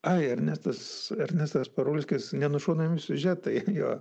ai ernestas ernestas parulskis nenušaunami siužetai jo